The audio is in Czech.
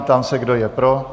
Ptám se, kdo je pro.